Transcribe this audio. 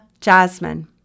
Jasmine